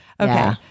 Okay